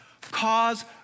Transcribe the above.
Cause